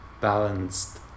balanced